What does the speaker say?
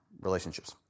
relationships